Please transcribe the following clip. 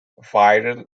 viral